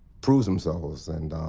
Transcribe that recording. proves themselves. and.